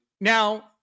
Now